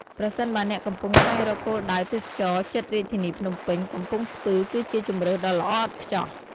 ប្រសិនបើអ្នកកំពុងស្វែងរកគោលដៅទេសចរណ៍ជិតរាជធានីភ្នំពេញ កំពង់ស្ពឺគឺជាជម្រើសដ៏ល្អឥតខ្ចោះ។